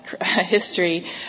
history